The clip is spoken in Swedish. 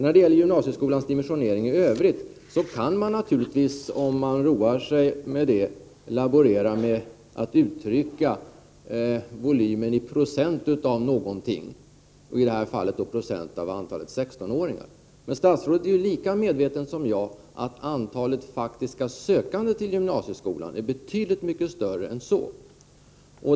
När det gäller gymnasieskolans dimensionering i övrigt kan man naturligtvis, om man vill roa sig med det, laborera med att uttrycka volymen i procent av någonting, i det här fallet i procent av antalet 16-åringar. Men statsrådet är ju lika medveten som jag om att det faktiska antalet sökande till gymnasieskolan är betydligt mycket större än så.